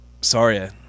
Sorry